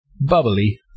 Bubbly